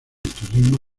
turismo